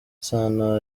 sano